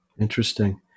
Interesting